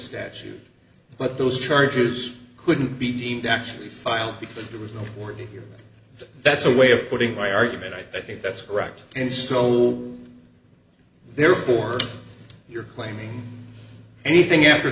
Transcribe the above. statute but those charges couldn't be deemed actually filed before there was no forty here that's a way of putting my argument i think that's correct and so therefore you're claiming anything after